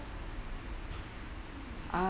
uh